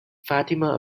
fatima